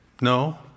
No